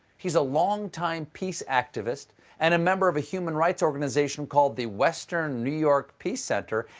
he's a long-time peace activist and a member of a human rights organization called the western new york peace center,